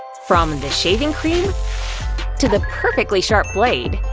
from and the shaving cream to the perfectly sharp blade,